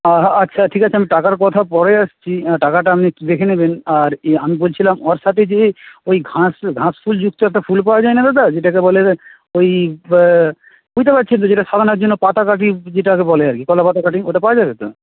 আচ্ছা ঠিক আছে আমি টাকার কথা পরে আসছি টাকাটা আপনি একটু দেখে নেবেন আর আমি বলছিলাম ওর সাথে যে ওই ঘাস ঘাসফুল যুক্ত একটা ফুল পাওয়া যায় না দাদা যেটাকে বলে ওই বুঝতে পারছেন তো যেটা সাজানোর জন্য পাতাকাটি যেটাকে বলে আর কি কলাপাতাকাটি ওটা পাওয়া যাবে তো